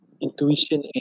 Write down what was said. intuition